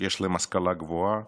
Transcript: ויש להם השכלה גבוהה